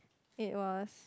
it was